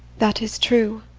that is true.